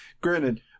granted